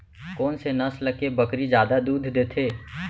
कोन से नस्ल के बकरी जादा दूध देथे